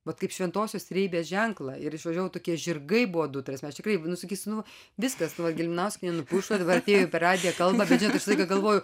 vat kaip šventosios trejybės ženklą ir išvažiavau tokie žirgai buvo du ta prasme aš tikrai nu sakysiu nu viskas gelminauskienė nupušo dabar atėjo per radiją kalba bet žinot aš visą laiką galvoju